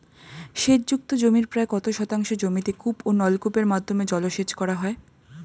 সেচ যুক্ত জমির প্রায় কত শতাংশ জমিতে কূপ ও নলকূপের মাধ্যমে জলসেচ করা হয়?